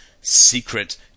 secret